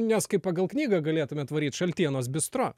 nes kaip pagal knygą galėtumėt varyt šaltienos bistro